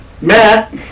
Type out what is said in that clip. Matt